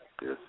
Yes